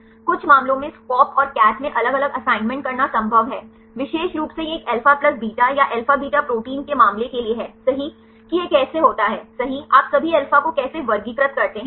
कुछ मामलों में SCOP और CATH में अलग अलग असाइनमेंट करना संभव है विशेष रूप से यह एक अल्फा प्लस बीटा या अल्फा बीटा प्रोटीन के मामले के लिए है सही कि यह कैसे होता है सही आप सभी अल्फा को कैसे वर्गीकृत करते हैं